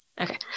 okay